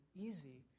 easy